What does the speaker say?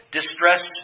distress